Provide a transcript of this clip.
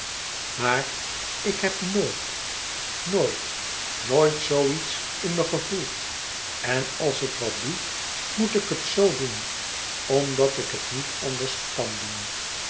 maar ik heb nooit noit noit zoo iets in me gevoeld en als ik wat doe moet ik het zoo doen omdat ik het niet anders kan doen